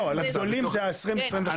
לא, הגדולים זה 20%-25%.